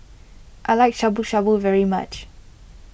I like Shabu Shabu very much